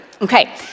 okay